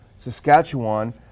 saskatchewan